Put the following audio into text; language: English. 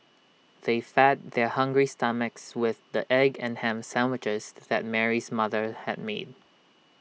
they fed their hungry stomachs with the egg and Ham Sandwiches that Mary's mother had made